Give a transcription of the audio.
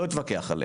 לא אתווכח עליה.